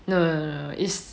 no no no no no it's